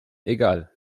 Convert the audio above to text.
egal